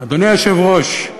אדוני היושב-ראש,